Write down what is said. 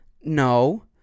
no